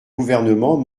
gouvernement